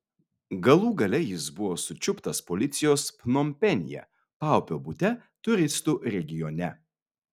galų gale jis buvo sučiuptas policijos pnompenyje paupio bute turistų regione